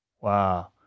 Wow